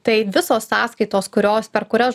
tai visos sąskaitos kurios per kurias